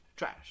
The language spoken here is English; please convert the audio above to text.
Trash